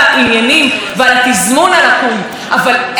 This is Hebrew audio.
אדוני יו"ר הקואליציה: קחו את זה בידיים שלכם.